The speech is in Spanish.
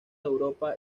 europa